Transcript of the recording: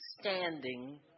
standing